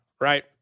right